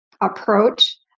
approach